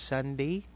Sunday